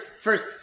first